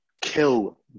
kill